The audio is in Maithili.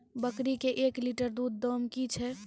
बकरी के एक लिटर दूध दाम कि छ?